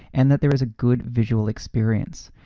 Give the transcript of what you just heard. and that there is a good visual experience.